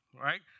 Right